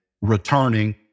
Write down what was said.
returning